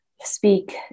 speak